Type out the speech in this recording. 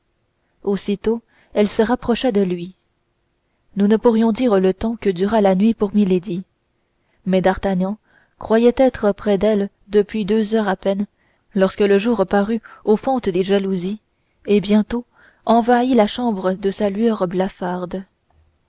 aussitôt elle se rapprocha de lui nous ne pourrions dire le temps que dura la nuit pour milady mais d'artagnan croyait être près d'elle depuis deux heures à peine lorsque le jour parut aux fentes des jalousies et bientôt envahit la chambre de sa lueur blafarde